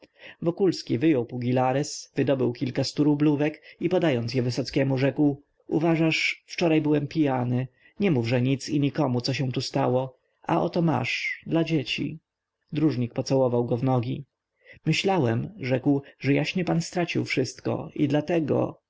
dróżnik wokulski wyjął pugilares wydobył kilka sturublówek i podając je wysockiemu rzekł uważasz wczoraj byłem pijany nie mówże nic i nikomu co się tu stało a oto masz dla dzieci dróżnik pocałował go w nogi myślałem rzekł że jaśnie pan stracił wszystko i dlatego